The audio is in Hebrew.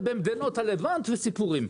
וכך גם במדינות הלבנט וסיפורים,